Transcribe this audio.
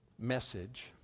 message